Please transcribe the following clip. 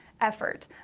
effort